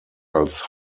als